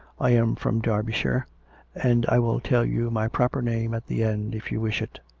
i am from derbyshire and i will tell you my proper name at the end, if you wish it.